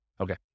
Okay